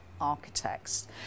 architects